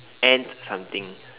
ant something